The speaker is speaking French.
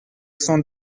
cent